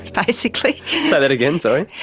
basically. say that again, sorry?